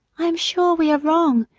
i am sure we are wrong,